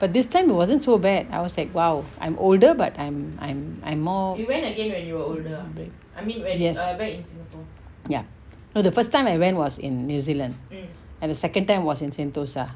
but this time it wasn't too bad I was like !wow! I'm older but I'm I'm I'm more yes ya no the first time I went was in new zealand and the second time was in sentosa